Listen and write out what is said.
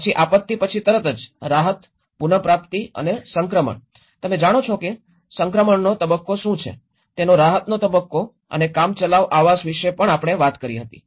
પછી આપત્તિ પછી તરત જ રાહત પુન પ્રાપ્તિ અને સંક્રમણ તમે જાણો છો કે સંક્રમણનો તબક્કો શું છે તેનો રાહતનો તબક્કો અને કામચલાઉ આવાસ વિષે પણ આપણે વાત કરી હતી